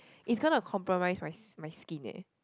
is gonna compromise my my skin leh